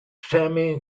sammy